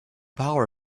power